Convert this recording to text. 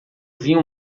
vinho